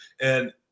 and-